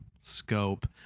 scope